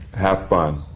have fun.